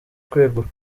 kwegura